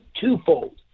twofold